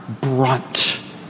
brunt